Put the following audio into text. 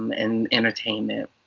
um and entertainment.